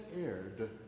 aired